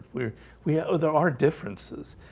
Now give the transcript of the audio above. we're we oh there are differences,